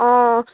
অঁ অঁ